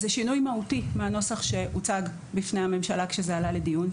זה שינוי מהותי מהנוסח שהוצג בפני הממשלה כשזה עלה לדיון.